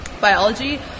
biology